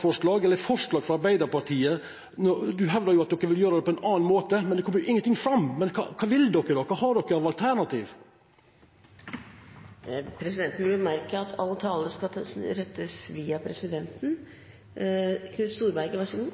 forslag frå Arbeidarpartiet om dette. Du hevdar at de vil gjera det på ein annan måte, men det kjem jo ikkje fram. Kva vil de, og kva for alternativ har de? Presidenten vil bemerke at all tale skal gå via presidenten.